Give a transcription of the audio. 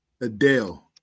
Adele